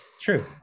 true